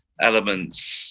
elements